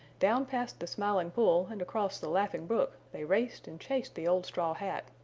down past the smiling pool and across the laughing brook they raced and chased the old straw hat,